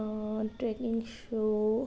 trekking shoe